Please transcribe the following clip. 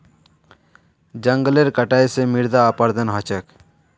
जंगलेर कटाई स मृदा अपरदन ह छेक